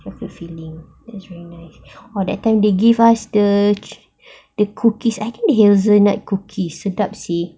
chocolate feeling then it's very nice oh that time when they give us the the the cookies I think hazelnut cookies sedap seh